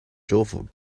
州府